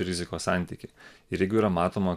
rizikos santykį ir jeigu yra matoma